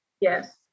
Yes